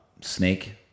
snake